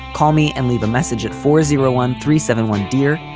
call me and leave a message at four zero one three seven one, dear.